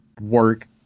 work